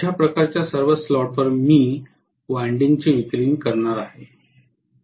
अशा प्रकारच्या सर्व स्लॉटवर मी विंडिंग चे वितरण करणार आहे